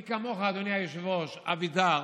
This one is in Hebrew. מי כמוך, אדוני היושב-ראש, אבידר